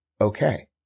okay